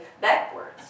backwards